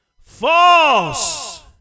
False